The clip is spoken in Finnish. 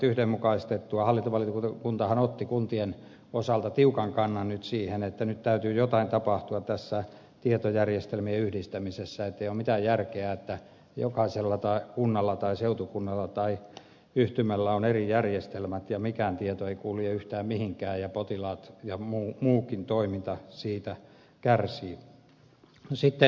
hallintovaliokuntahan otti kuntien osalta tiukan kannan nyt siihen että nyt täytyy jotain tapahtua tässä tietojärjestelmien yhdistämisessä että ei ole mitään järkeä että jokaisella kunnalla tai seutukunnalla tai yhtymällä on eri järjestelmät ja mikään tieto ei kulje yhtään mihinkään ja potilaat ja muukin toiminta siitä kärsivät